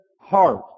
heart